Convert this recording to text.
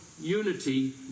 unity